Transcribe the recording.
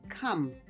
Come